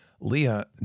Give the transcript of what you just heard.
Leah